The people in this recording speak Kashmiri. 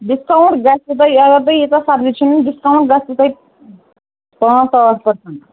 ڈِسکاوُنٛٹ گَژھِوٕ تۄہہِ اگر تُہۍ ییٖژاہ سبزی چھو نیُن ڈِسکاوُنٛٹ گَژھِوٕ تۄہہِ پانٛژھ ٲٹھ پٕرسنٛٹ